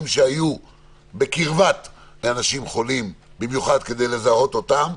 שהיו בקרבת אנשים חולים במטרה לזהות אותם.